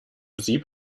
sieb